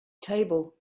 table